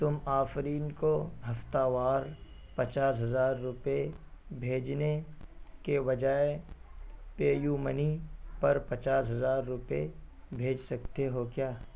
تم آفرین کو ہفتہ وار پچاس ہزار روپے بھیجنے کے بجائے پے یو منی پر پچاس ہزار روپے بھیج سکتے ہو کیا